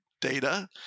data